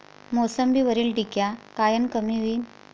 मोसंबीवरील डिक्या कायनं कमी होईल?